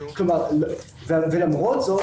ולמרות זאת,